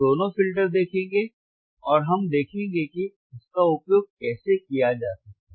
हम दोनों फ़िल्टर देखेंगे और हम देखेंगे कि इसका उपयोग कैसे किया जा सकता है